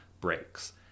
breaks